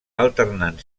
alternant